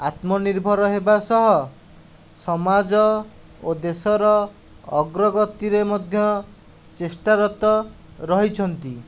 ଆତ୍ମନିର୍ଭର ହେବା ସହ ସମାଜ ଓ ଦେଶର ଅଗ୍ରଗତିରେ ମଧ୍ୟ ଚେଷ୍ଟାରତ ରହିଛନ୍ତି